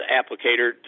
applicator